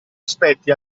aspetti